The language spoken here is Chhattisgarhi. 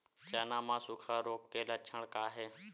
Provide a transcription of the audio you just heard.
चना म सुखा रोग के लक्षण का हे?